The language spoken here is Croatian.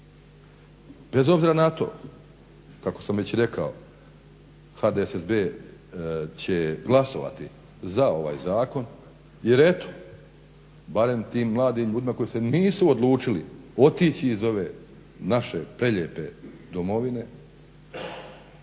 Bez obzira na to kako sam već rekao HDSSB će glasovati za ovaj zakon jer eto barem tim mladim ljudima koji se nisu odlučili otići iz ove naše prelijepe Domovine,